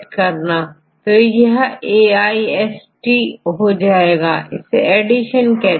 तो पहला म्यूटेशन है जिसमें एमिनो एसिड बदल जाता है जैसेA की जगहV याV की जगहA का आना